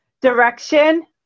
direction